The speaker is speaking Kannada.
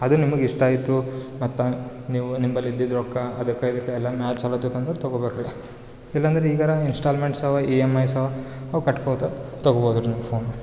ಅದು ನಿಮ್ಗೆ ಇಷ್ಟ ಆಯಿತು ಮತ್ತು ನೀವು ನಿಂಬಳಿ ಇದ್ದಿದ್ದ ರೊಕ್ಕ ಅದಕ್ಕೆ ಇದಕ್ಕೆ ಎಲ್ಲ ಮ್ಯಾಚ್ ಆಗ್ಲತಿತ್ತು ಅಂದರೆ ತಗೋಬೇಕು ರೀ ಇಲ್ಲಂದ್ರೆ ಈಗಾರ ಇನ್ಸ್ಟಾಲ್ಮೆಂಟ್ಸ್ ಅವ ಇ ಎಮ್ ಐಸ್ ಅವ ಅವು ಕಟ್ಕೋತ ತಗ್ಬೌದು ರೀ ನೀವು ಫೋನ್